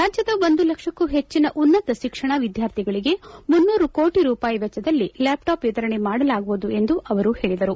ರಾಜ್ಯದ ಒಂದು ಲಕ್ಷಕ್ಕೂ ಹೆಚ್ಚಿನ ಉನ್ನತ ಶಿಕ್ಷಣ ವಿದ್ಯಾರ್ಥಿಗಳಿಗೆ ಮುನ್ನೂರು ಕೋಟ ರೂಪಾಯಿ ವೆಚ್ಚದಲ್ಲಿ ಲ್ಯಾಪ್ಟ್ಯಾಪ್ ವಿತರಣೆ ಮಾಡಲಾಗುವುದು ಎಂದು ಅವರು ಹೇಳಿದರು